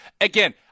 again